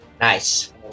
Nice